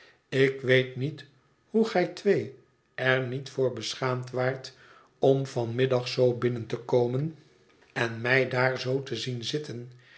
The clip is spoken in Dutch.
ik weet niet hoe gij twee er niet voor beschaamd waart om van middag zoo binnen te komen en mij daar zoo te zien zitten